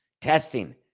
testing